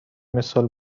مثال